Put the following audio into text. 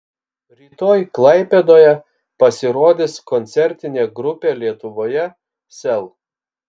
rytoj klaipėdoje pasirodys koncertinė grupė lietuvoje sel